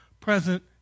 present